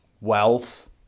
wealth